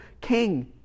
king